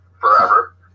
forever